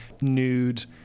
nude